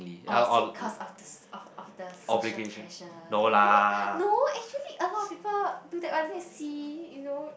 or is it cause of the of of the social pressure no no actually a lot of people do that one then you see you know